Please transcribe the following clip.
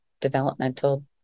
developmental